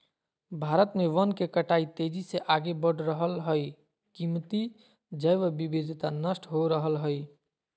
भारत में वन के कटाई तेजी से आगे बढ़ रहल हई, कीमती जैव विविधता नष्ट हो रहल हई